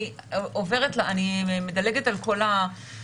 אני שמעתי הבוקר,